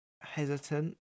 hesitant